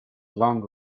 long